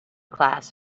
class